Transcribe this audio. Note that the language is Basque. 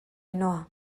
ainhoa